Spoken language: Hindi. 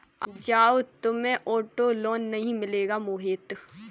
जाओ, तुम्हें ऑटो लोन नहीं मिलेगा मोहित